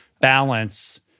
balance